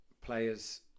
players